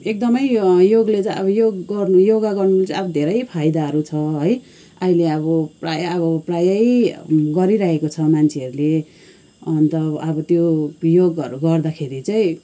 एकदमै योगले चाहिँ योग गर्नु योगा गर्नु चाहिँ धेरै फाइदाहरू छ है अहिले अब प्राय अब प्रायै गरिरहेको छ मान्छेहरूले अन्त अब त्यो योगहरू गर्दाखेरि चाहिँ